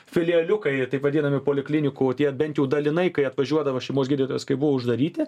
filijeliukai jie taip vadinami poliklinikų o tie bent dalinai kai atvažiuodavo šeimos gydytojas kai buvo uždaryti